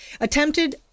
Attempted